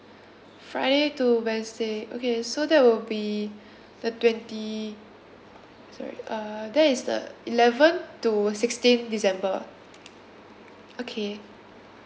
friday to wednesday okay so there will be the twenty sorry uh there is the eleventh to sixteen december okay